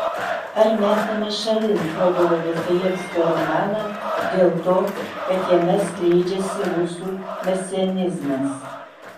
ar metame šalin fiodoro dostojevskio romaną dėl to kad jame skleidžiasi rusų mesianizmas